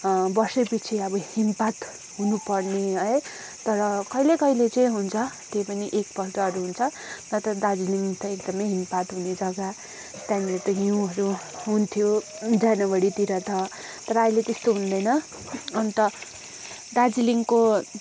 वर्षै पिछे अब हिमपात हुनुपर्ने है तर कहिले कहिले चाहिँ हुन्छ त्यही पनि एकपल्टहरू हुन्छ नत्र दार्जिलिङ त एकदमै हिमपात हुने जग्गा त्यहाँनिर हिउँहरू हुन्थ्यो जनवरीतिर त तर अहिले त्यस्तो हुँदैन अन्त दार्जिलिङको